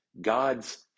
God's